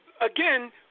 again